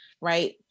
right